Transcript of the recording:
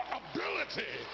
ability